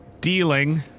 Dealing